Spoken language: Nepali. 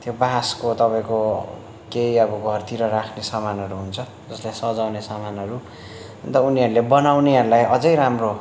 त्यो बाँसको तपाईँको केही अब घरतिर राख्ने सामानहरू हुन्छ जसलाई सजाउने सामानहरू अन्त उनीहरूले बनाउनेहरूलाई अझ राम्रो